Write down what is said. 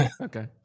Okay